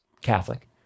Catholic